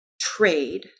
trade